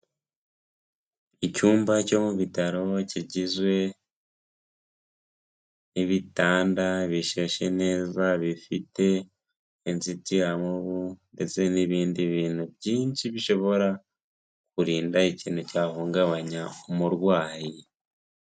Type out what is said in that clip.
Icyumba cyo mu bitaro kigizwe n'ibitanda bishashe neza bifite inzitiramubu, ndetse n'ibindi bintu byinshi bishobora kurinda ikintu cyahungabanya umurwayi.